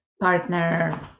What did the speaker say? partner